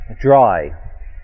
dry